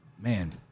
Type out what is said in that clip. man